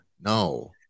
No